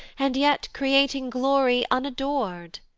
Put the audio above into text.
and yet creating glory unador'd!